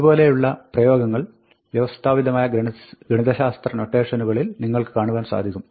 ഇതുപോലുള്ള പ്രയോഗങ്ങൾ വ്യവസ്ഥാപിതമായ ഗണിതശാസ്ത്ര നൊട്ടേഷനുകളിൽ നിങ്ങൾക്ക് കാണുവാൻ സാധിച്ചേക്കാം